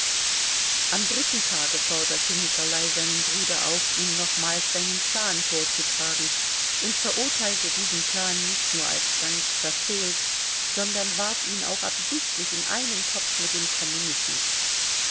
am dritten tage forderte nikolai seinen bruder auf ihm nochmals seinen plan vorzutragen und verurteilte diesen plan nicht nur als ganz verfehlt sondern warf ihn auch absichtlich in einen topf mit dem kommunismus